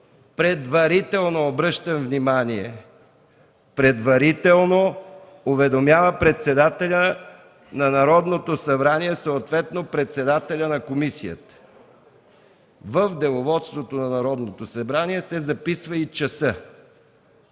предварително – обръщам внимание, предварително уведомява председателя на Народното събрание, съответно председателя на комисията. В Деловодството на Народното събрание се записва и часът.